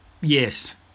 yes